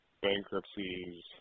bankruptcies